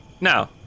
No